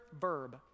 verb